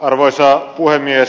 arvoisa puhemies